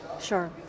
Sure